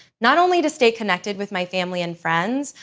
not only to stay connected with my family and friends,